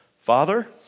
Father